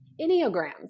Enneagrams